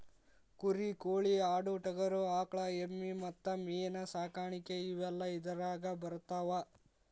ಕುರಿ ಕೋಳಿ ಆಡು ಟಗರು ಆಕಳ ಎಮ್ಮಿ ಮತ್ತ ಮೇನ ಸಾಕಾಣಿಕೆ ಇವೆಲ್ಲ ಇದರಾಗ ಬರತಾವ